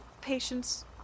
patients